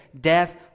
death